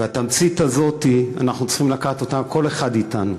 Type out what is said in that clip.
ואת התמצית הזאת אנחנו צריכים לקחת, כל אחד, אתנו,